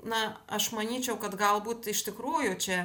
na aš manyčiau kad galbūt iš tikrųjų čia